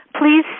Please